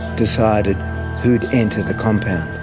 decided who would enter the compound.